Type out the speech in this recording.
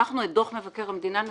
נסיים את דוח מבקר המדינה במועד.